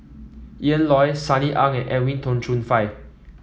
Ian Loy Sunny Ang and Edwin Tong Chun Fai